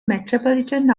metropolitan